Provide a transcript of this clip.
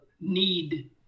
need